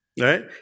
right